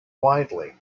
widely